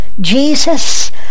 Jesus